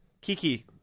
Kiki